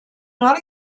not